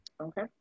Okay